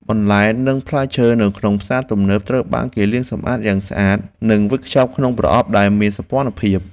បន្លែនិងផ្លែឈើនៅក្នុងផ្សារទំនើបត្រូវបានគេលាងសម្អាតយ៉ាងស្អាតនិងវេចខ្ចប់ក្នុងប្រអប់ដែលមានសោភ័ណភាព។